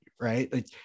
right